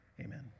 amen